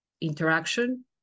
interaction